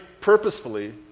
purposefully